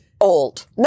old